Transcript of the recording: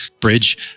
bridge